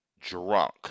drunk